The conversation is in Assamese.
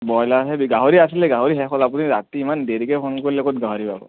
ব্ৰইলাৰহে বি গাহৰি আছিলে শেষ হ'ল আপুনি ৰাতি ইমান দেৰিকৈ ফোন কৰিলে ক'ত গাহৰি পাব